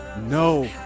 no